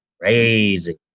crazy